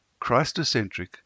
Christocentric